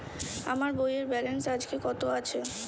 আমার বইয়ের ব্যালেন্স আজকে কত আছে?